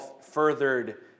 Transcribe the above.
furthered